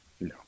No